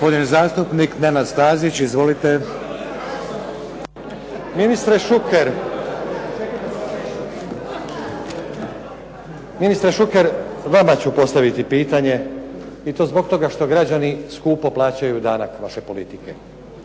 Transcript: i to zbog toga što građani skupo plaćaju danak vaše politike.